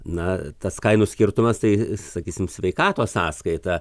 na tas kainų skirtumas tai sakysim sveikatos sąskaita